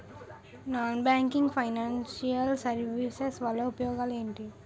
Non banking financial services వల్ల ఉపయోగాలు ఎంటి?